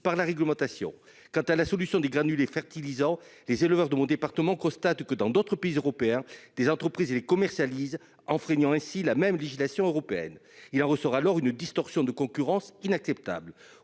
par la réglementation. Quant à la solution des granulés fertilisant, les éleveurs de mon département, constate que dans d'autres pays européens. Des entreprises et les commercialisent enfreignant ainsi la même législation européenne. Il en ressort alors une distorsion de concurrence inacceptable